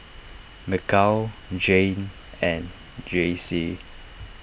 Mikal Jayne and Jaycee